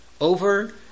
over